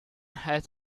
has